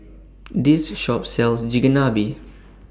This Shop sells Chigenabe